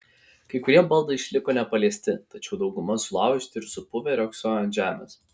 kai kurie baldai išliko nepaliesti tačiau dauguma sulaužyti ir supuvę riogsojo ant žemės